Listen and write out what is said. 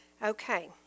Okay